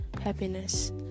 happiness